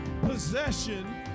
possession